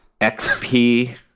XP